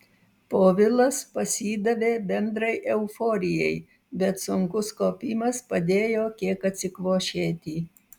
povilas pasidavė bendrai euforijai bet sunkus kopimas padėjo kiek atsikvošėti